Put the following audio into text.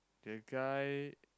that guy